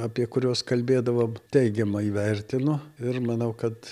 apie kuriuos kalbėdavom teigiamai vertinu ir manau kad